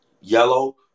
yellow